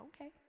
okay